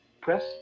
Press